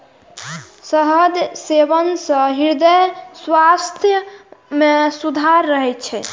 शहद के सेवन सं हृदय स्वास्थ्य मे सुधार होइ छै